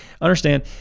understand